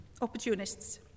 Opportunists